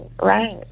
right